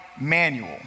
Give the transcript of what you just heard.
manual